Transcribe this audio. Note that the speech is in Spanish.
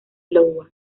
iowa